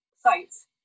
Sites